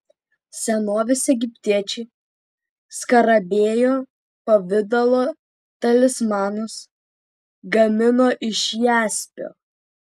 senovės egiptiečiai skarabėjo pavidalo talismanus gamino iš jaspio